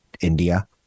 India